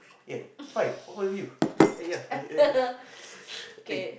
eh fine how about you eh ya eh eh eh eh